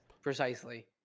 precisely